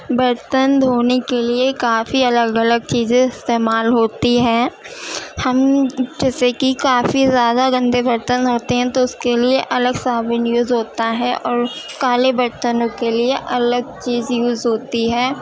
برتن دھونے کے لیے کافی الگ الگ چیزیں استعمال ہوتی ہیں ہم جیسے کہ کافی زیادہ گندے برتن دھوتے ہیں تو اس کے لیے الگ صابن یوز ہوتا ہے اور کالے برتنوں کے لیے الگ چیزیں یوز ہوتی ہیں